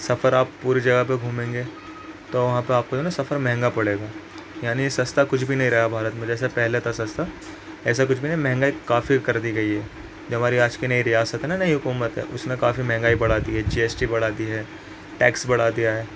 سفر آپ پوری جگہ پہ گھومیں گے تو وہاں پہ آپ کو جو ہے نا سفر مہنگا پڑے گا یعنی سستا کچھ بھی نہیں رہا بھارت میں جیسے پہلے تھا سستا ایسا کچھ بھی نہیں مہنگائی کافی کر دی گئی ہے جو ہماری آج کی نئی ریاست ہے نا نئی حکومت ہے اس نے کافی مہنگائی بڑھا دی ہے جی ایس ٹی بڑھا دی ہے ٹیکس بڑھا دیا ہے